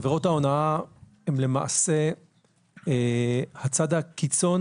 עבירות ההונאה הן למעשה הצד הקיצון